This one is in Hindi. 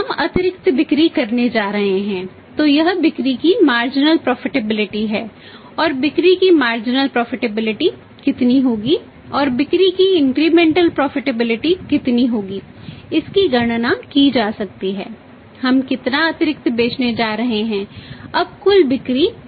हम अतिरिक्त बिक्री करने जा रहे हैं तो यह बिक्री की मार्जिनल को बंद करते हैं